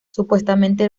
supuestamente